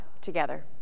together